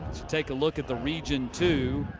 take a look at the region two.